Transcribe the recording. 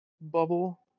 bubble